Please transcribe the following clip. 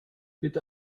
bitte